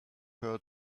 her